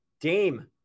Dame